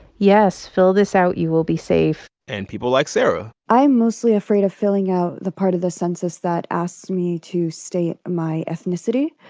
yes, fill this out. you will be safe and people like sarah i'm mostly afraid of filling out the part of the census that asks me to state my ethnicity.